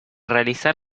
realizar